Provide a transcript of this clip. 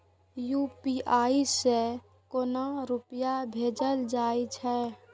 UPI से केना पैसा भेजल जा छे?